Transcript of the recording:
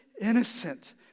innocent